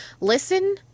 listen